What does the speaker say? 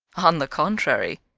on the contrary,